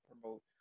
promote